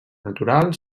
natural